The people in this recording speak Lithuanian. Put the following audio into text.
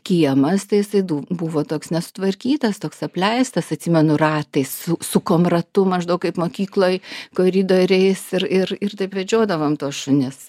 kiemas tai jisai buvo toks nesutvarkytas toks apleistas atsimenu ratais sukom ratu maždaug kaip mokykloj koridoriais ir ir ir taip vedžiodavom tuos šunis